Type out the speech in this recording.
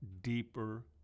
deeper